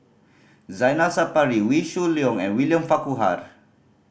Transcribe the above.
Zaina Sapari Wee Shoo Leong and William Farquhar